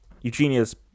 Eugenia's